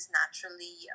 naturally